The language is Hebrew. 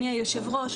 בכנסת.